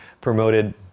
promoted